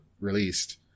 released